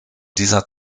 dieser